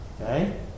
Okay